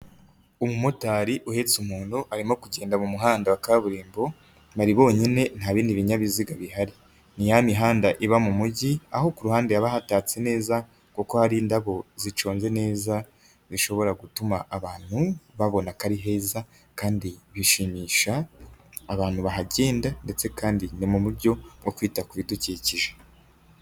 Umumotari uhetse umuntu arimo kugenda mu muhanda wa kaburimbo, bari bonyine nta bindi binyabiziga bihari. Ni ya mihanda iba mu mugi aho ku ruhande haba hatatse neza kuko hari indabo ziconze neza bishobora gutuma abantu babona ko ari heza kandi bishimisha abantu bahagenda ndetse kandi ni mu buryo bwo kwita ku bidukikije.